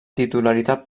titularitat